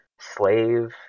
slave